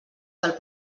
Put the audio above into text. del